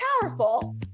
powerful